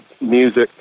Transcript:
music